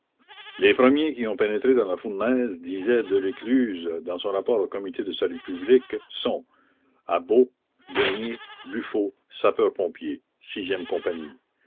les premiers qui ont pénétré dans la fournaise disait delescluze dans son rapport au comité de salut public sont abeaud denier buffot sapeurs-pompiers e compagnie